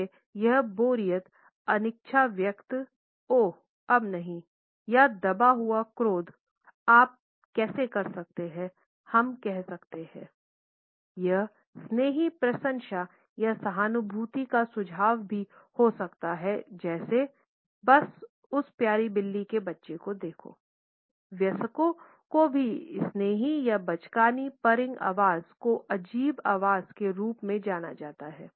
laryngealised आवाज़ को अजीब आवाज़ के रूप में जाना जाता है